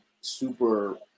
super